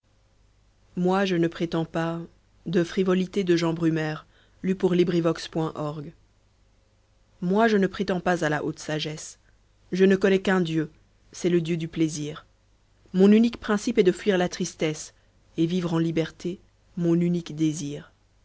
moi je ne prétends pas à la haute sagesse je ne connais qu'un dieu c'est le dieu du plaisir mon unique principe est de fuir la tristesse et vivre en liberté mon unique désir